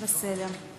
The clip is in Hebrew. תודה.